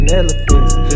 elephants